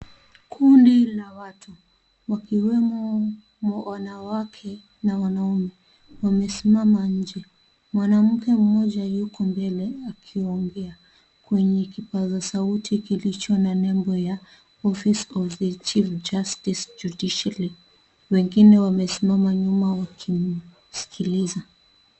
Kundi la watu wakiwemo wanawake na wanaume wamesimama nje. Mwanamke mmoja yuko mbele akiongea ,kwenye kipaza sauti likiwa na mrembo ya Office Of The Chief Justice Judiciary. Wengine wamesimama nyuma wakimskiliza.